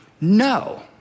No